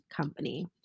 company